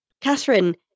Catherine